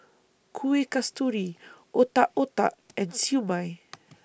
Kueh Kasturi Otak Otak and Siew Mai